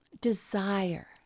desire